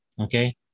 okay